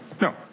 No